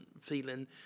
feeling